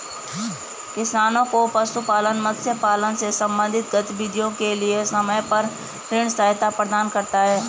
किसानों को पशुपालन, मत्स्य पालन से संबंधित गतिविधियों के लिए समय पर ऋण सहायता प्रदान करता है